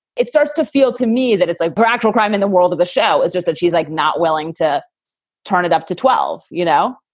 it starts to feel to me that it's like but actual crime in the world of the show. it's just that she's like not willing to turn it up to twelve. you know?